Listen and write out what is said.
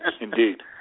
Indeed